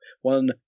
one